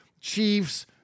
chiefs